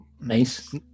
Nice